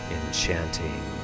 enchanting